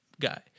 guy